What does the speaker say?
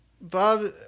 Bob